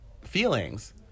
feelings